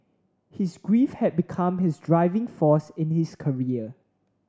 his grief had become his driving force in his career